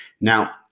Now